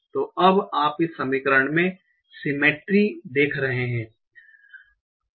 तो अब आप इस समीकरण में सिमेट्री देख सकते हैं